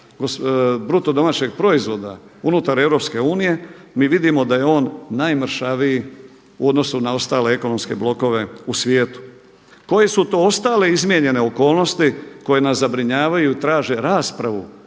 bruto domaćeg proizvoda unutar Europske unije mi vidimo da je on najmršaviji u odnosu na ostale ekonomske blokove u svijetu. Koje su to ostale izmijenjene okolnosti koje nas zabrinjavaju i traže raspravu